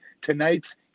tonight's